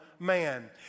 Man